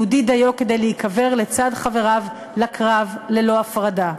יהודי דיו כדי להיקבר לצד חבריו לקרב ללא הפרדה.